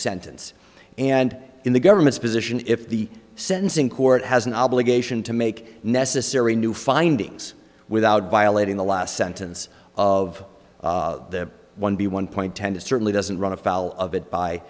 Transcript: sentence and in the government's position if the sentencing court has an obligation to make necessary new findings without violating the last sentence of the one b one point ten is certainly doesn't run afoul of it by